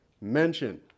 mention